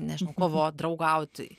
nežinau kovot draugaut